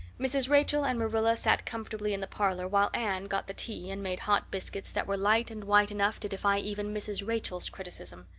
mrs. rachel and marilla sat comfortably in the parlor while anne got the tea and made hot biscuits that were light and white enough to defy even mrs. rachel's criticism.